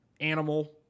animal